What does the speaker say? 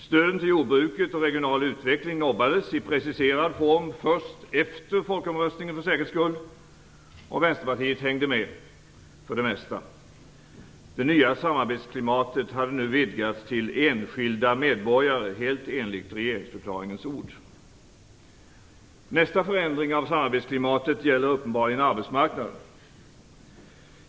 Stöden till jordbruket och regional utveckling nobbades - i preciserad form först efter folkomröstningen för säkerhets skull. Vänsterpartiet hängde med på det mesta. Det nya samarbetsklimatet hade nu vidgats till "enskilda medborgare", helt i enlighet med regeringsförklaringens ord. Nästa förändring av samarbetsklimatet gäller uppenbarligen arbetsmarknaden.